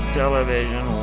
television